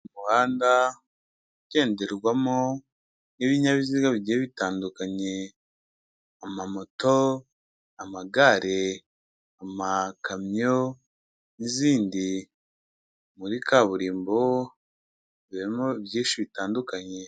Umuhanda ugenderwamo n'ibinyabiziga bigiye bitandukanye, amamoto, amagare, amakamyo n'izindi, muri kaburimbo birimo byinshi bitandukanye.